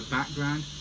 background